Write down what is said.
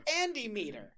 Andy-meter